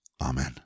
Amen